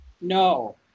No